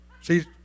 See